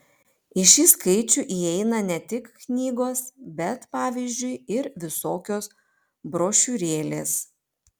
į šį skaičių įeina ne tik knygos bet pavyzdžiui ir visokios brošiūrėlės